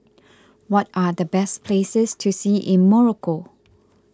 what are the best places to see in Morocco